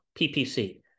PPC